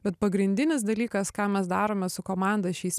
bet pagrindinis dalykas ką mes darome su komanda šiais